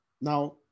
Now